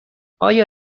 آیا